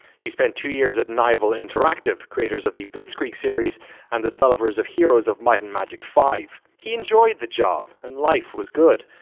he spent two years at nival interactive, creators of the blitzkrieg series and the developers of heroes of might and magic v. he enjoyed the job and life was good.